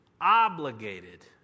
obligated